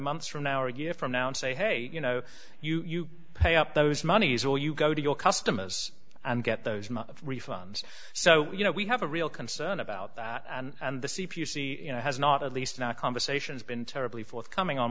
months from now or a year from now and say hey you know you pay up those moneys or you go to your customers and get those refunds so you know we have a real concern about that and the c p c you know has not at least in our conversations been terribly forthcoming on